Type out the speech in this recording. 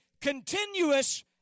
continuous